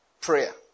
prayer